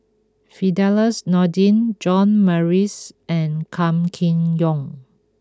Firdaus Nordin John Morrice and Kam Kee Yong